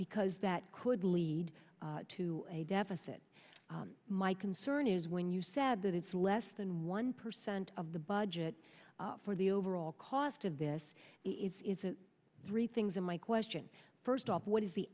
because that could lead to a deficit my concern is when you said that it's less than one percent of the budget for the overall cost of this is a three things in my question first off what is the